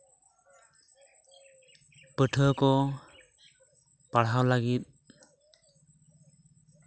ᱯᱟᱹᱴᱷᱩᱣᱟᱹ ᱠᱚ ᱯᱟᱲᱦᱟᱣ ᱞᱟ ᱜᱤᱫ